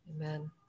amen